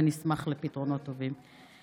ונשמח לפתרונות טובים.